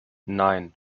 nein